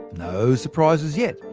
no surprises yet,